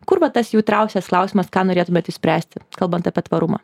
kur va tas jautriausias klausimas ką norėtumėt išspręsti kalbant apie tvarumą